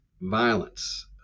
violence